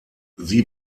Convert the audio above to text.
sie